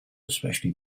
especially